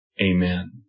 Amen